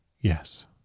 Yes